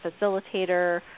facilitator